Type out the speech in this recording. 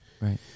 Right